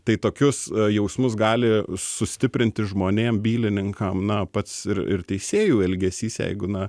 tai tokius jausmus gali sustiprinti žmonėm bylininkam na pats ir ir teisėjų elgesys jeigu na